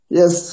yes